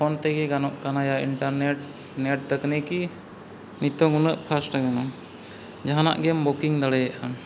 ᱯᱷᱳᱱᱛᱮᱜᱮ ᱜᱟᱱᱚᱜ ᱠᱟᱱᱟᱭᱟ internet net ᱛᱟᱹᱠᱱᱤᱠᱤ ᱱᱤᱛᱳᱜ ᱩᱱᱟᱹᱜ ᱯᱷᱟᱥᱴ ᱟᱠᱟᱱᱟ ᱡᱟᱦᱟᱱᱟᱜ ᱜᱮᱢ ᱵᱩᱠᱤᱝ ᱫᱟᱲᱮᱭᱟᱜᱼᱟ